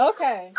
Okay